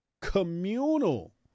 Communal